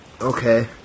Okay